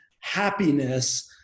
happiness